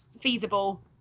feasible